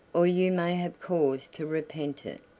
or you may have cause to repent it,